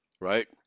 right